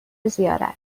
زیارت